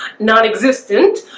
not existent.